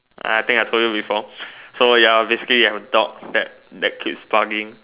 I think I told you before so ya basically you have a dog that that keeps barking